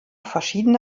verschiedene